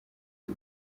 uyu